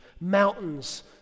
Mountains